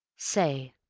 say!